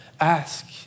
Ask